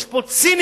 יש פה ציניות.